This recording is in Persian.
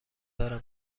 دارم